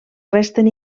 resten